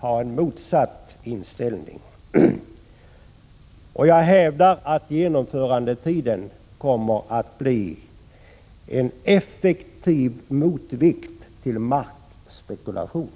ha motsatt inställning. Jag hävdar att genomförandetiden kommer att bli en effektiv motvikt till markspekulation.